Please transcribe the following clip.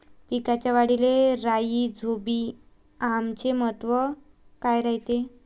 पिकाच्या वाढीले राईझोबीआमचे महत्व काय रायते?